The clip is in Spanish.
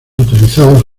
utilizados